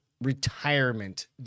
retirement